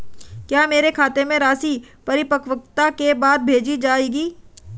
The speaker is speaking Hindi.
क्या मेरे खाते में राशि परिपक्वता के बाद भेजी जाएगी?